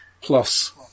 plus